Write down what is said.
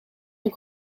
een